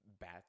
bad